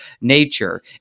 nature